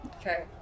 Okay